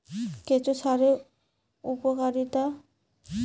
কেঁচো সারের উপকারিতা?